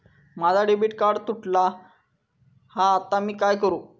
माझा debit card तुटला हा आता मी काय करू?